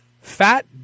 fat